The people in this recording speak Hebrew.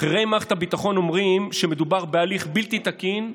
בכירי מערכת הביטחון אומרים שמדובר בהליך בלתי תקין,